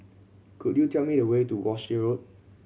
could you tell me the way to Walshe Road